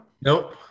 Nope